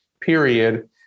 period